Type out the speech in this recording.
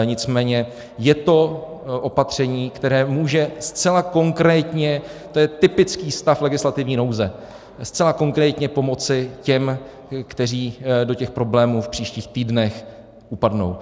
Nicméně je to opatření, které může zcela konkrétně, to je typický stav legislativní nouze, zcela konkrétně pomoci těm, kteří do těch problémů v příštích týdnech upadnou.